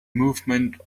movement